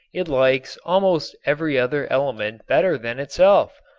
it likes almost every other element better than itself.